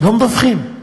לא מדווחים.